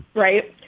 right.